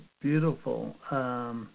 Beautiful